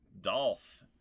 Dolph